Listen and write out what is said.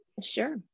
Sure